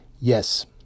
yes